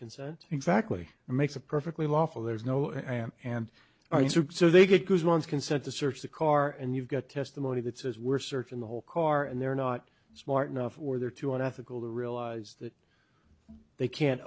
consent exactly makes a perfectly lawful there's no amp and our user so they get goes once consent to search the car and you've got testimony that says we're searching the whole car and they're not smart enough or they're too an ethical to realize that they can't